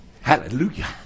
Hallelujah